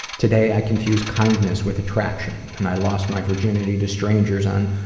today i confuse kindness with attraction, and i lost my virginity to strangers on,